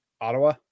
Ottawa